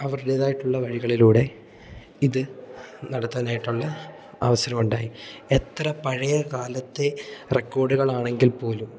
അവരുടേതായിട്ടുള്ള വഴികളിലൂടെ ഇത് നടത്താനായിട്ടുള്ള അവസരമുണ്ടായി എത്ര പഴയ കാലത്തെ റെക്കോർഡുകൾ ആണെങ്കിൽ പോലും